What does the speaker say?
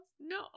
No